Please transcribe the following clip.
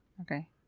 Okay